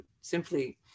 simply